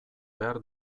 behar